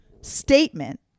statement